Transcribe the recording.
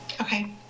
Okay